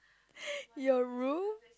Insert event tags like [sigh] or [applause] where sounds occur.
[laughs] your room